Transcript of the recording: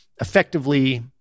effectively